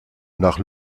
nach